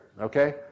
okay